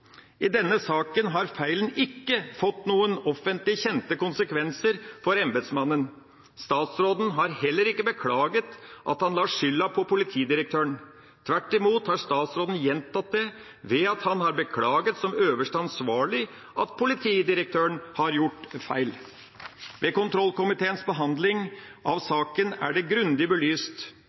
I denne saken har feilen ikke fått noen offentlig kjente konsekvenser for embetsmannen. Statsråden har heller ikke beklaget at han la skylda på politidirektøren. Tvert imot har statsråden gjentatt det ved at han har beklaget som øverste ansvarlig at politidirektøren har gjort feil. Ved kontrollkomiteens behandling av saken er det grundig belyst.